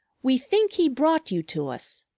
we think he brought you to us.